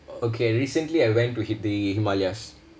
okay recently I went to hit the himalayas